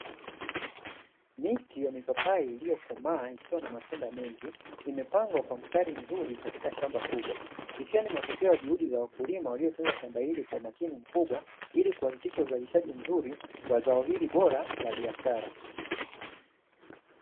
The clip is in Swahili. Miti ya mipapai iliyokomaa ikiwa na matunda mengi, imepangwa kwa mstari mzuri katika shamba kubwa ikiwa ni matokeo ya juhudi za wakulima waliotunza shamba hili kwa umakini mkubwa ili kuhakikisha uzalishaji mzuri wa zao hili bora la biashara.